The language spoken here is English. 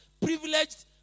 privileged